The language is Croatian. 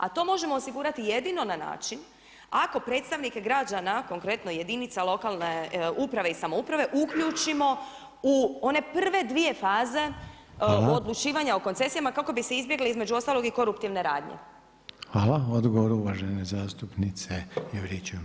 A to možemo osigurati jedino na čina ako predstavnike građana, konkretno jedinice lokalne uprave i samouprave uključimo u one prve dvije faze u odlučivanjima o koncesijama kako bi se izbjegli između ostalog i koruptivne radnje.